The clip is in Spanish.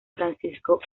francisco